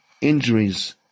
injuries